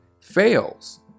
fails